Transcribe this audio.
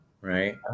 right